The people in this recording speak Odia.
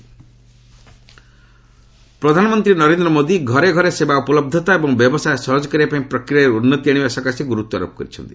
ପିଏମ୍ ପ୍ରଧାନମନ୍ତ୍ରୀ ନରେନ୍ଦ୍ର ମୋଦି ଘରେ ଘରେ ସେବା ଉପଲବ୍ଧତା ଏବଂ ବ୍ୟବସାୟ ସହଜ କରିବା ପାଇଁ ପ୍ରକ୍ରିୟାରେ ଉନ୍ନତି ଆଶିବା ସକାଶେ ଗୁରୁତ୍ୱାରୋପ କରିଛନ୍ତି